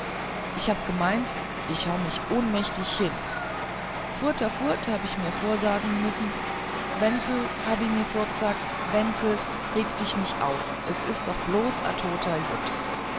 ich hab gemeint ich hau ich ohnmächtig hiiin furt a furt hab ich mir vorsagen missen wenzel hab ich mir vorg'sagt wenzel reg dich nicht auf es is doch bloß